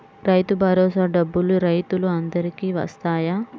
రైతు భరోసా డబ్బులు రైతులు అందరికి వస్తాయా?